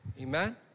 Amen